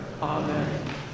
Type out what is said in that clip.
Amen